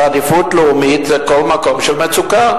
אלא עדיפות לאומית זה כל מקום של מצוקה.